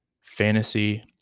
Fantasy